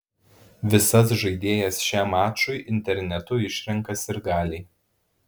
visas žaidėjas šiam mačui internetu išrenka sirgaliai